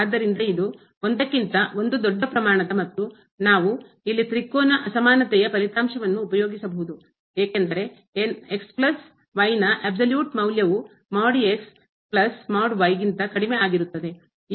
ಆದ್ದರಿಂದ ಇದು ಒಂದಕ್ಕಿಂತ ಒಂದು ದೊಡ್ಡ ಪ್ರಮಾಣದ ಮತ್ತು ನಾವು ಇಲ್ಲಿ ತ್ರಿಕೋನ ಅಸಮಾನತೆಯ ಫಲಿತಾಂಶವನ್ನು ಉಪಯೋಗಿಸಬಹುದು ಏನೆಂದರೆ ನ ಅಬ್ಸಲ್ಯೂಟ್ ಸಂಪೂರ್ಣ ಮೌಲ್ಯವು ಗಿಂತ ಕಡಿಮೆ ಆಗಿರುತ್ತದೆ